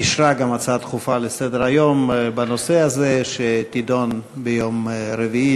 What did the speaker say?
אישרה גם הצעה דחופה לסדר-היום בנושא הזה שתידון ביום רביעי.